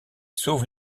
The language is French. sauve